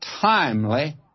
timely